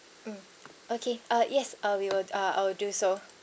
mm okay uh yes uh we will uh I will do so